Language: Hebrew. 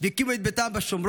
את עפרה,